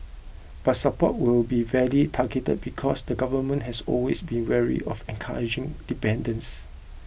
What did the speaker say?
but support will be very targeted because the government has always been wary of encouraging dependence